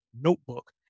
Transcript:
notebook